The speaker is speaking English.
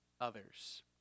others